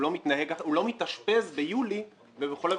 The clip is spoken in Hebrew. הוא לא מתאשפז ביולי.